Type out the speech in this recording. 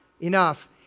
enough